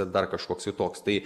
ar dar kažkoks kitoks tai